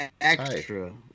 Extra